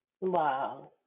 Wow